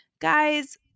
Guys